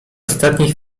ostatniej